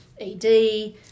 ED